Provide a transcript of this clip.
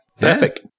perfect